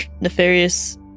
nefarious